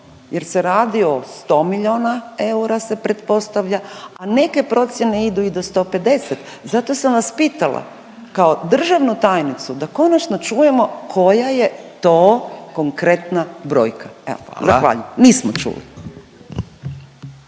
jer se radi o 100 milijuna eura se pretpostavlja, a neke procjene idu i do 150. Zato sam vas pitala kao državnu tajnicu da konačno čujemo koja je to konkretna brojka, evo zahvaljujem. …/Upadica